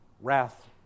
wrath